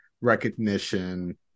recognition